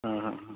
हां हां हां हां